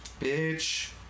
Bitch